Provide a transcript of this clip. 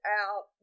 out